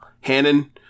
Hannon